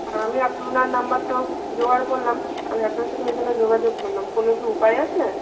হ্যাঁ আমি আপনার নাম্বারটাও জোগাড় করলাম আমি আপনার সাথে ওই জন্য যোগাযোগ করলাম কোনো কী উপায় আছে